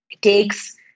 takes